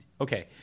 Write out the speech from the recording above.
okay